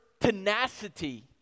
tenacity